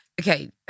Okay